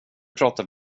pratar